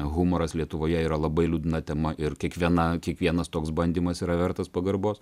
humoras lietuvoje yra labai liūdna tema ir kiekviena kiekvienas toks bandymas yra vertas pagarbos